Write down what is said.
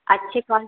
अच्छी कौन